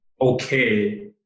okay